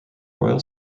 royal